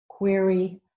query